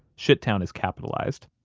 shittown is capitalized.